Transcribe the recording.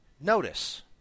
notice